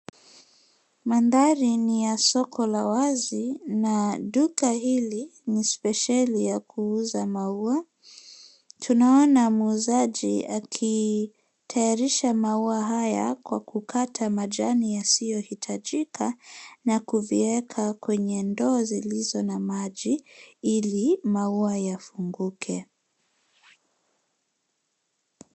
Mandhari ni ya soko la wazi na duka hili ni spesheli ya kuuza maua. Tunaona muuzaji akitayarisha maua haya kwa kukata majani yasiyo hitajika na kuviweka kwenye ndoo zilizo na maji ili maua yafunguke.